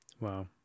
Wow